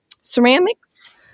ceramics